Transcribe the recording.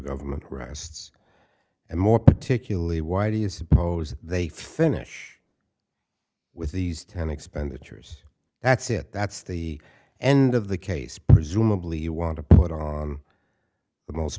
government rests and more particularly why do you suppose they finish with these ten expenditures that's it that's the end of the case presumably you want to put on the most